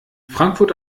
frankfurt